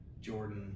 Jordan